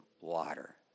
water